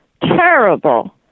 Terrible